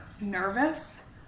nervous